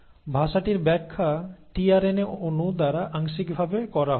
ভাষাটির ব্যাখ্যা টিআরএনএ অণু দ্বারা আংশিকভাবে করা হয়